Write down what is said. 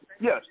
Yes